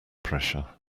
pressure